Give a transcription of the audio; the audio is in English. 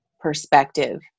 perspective